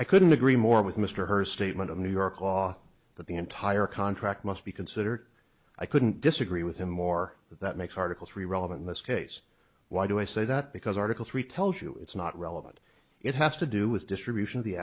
i couldn't agree more with mr her statement of new york law but the entire contract must be considered i couldn't disagree with him more that makes article three relevant in this case why do i say that because article three tells you it's not relevant it has to do with distribution of the